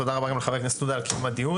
תודה רבה גם לחבר הכנסת עודה על קיום הדיון.